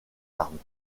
larmes